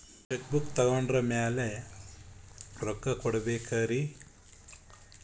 Check book ತೊಗೊಂಡ್ರ ಮ್ಯಾಲೆ ರೊಕ್ಕ ಕೊಡಬೇಕರಿ?